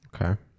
okay